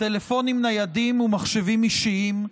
טלפונים ניידים ומחשבים אישיים),